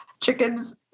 chickens